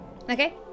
Okay